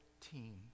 team